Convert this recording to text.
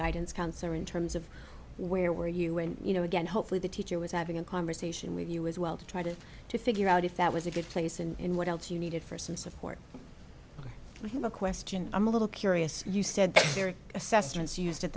guidance counselor in terms of where were you when you know again hopefully the teacher was having a conversation with you as well to try to figure out if that was a good place and what else you needed for some support we have a question i'm a little curious you said there